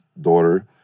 daughter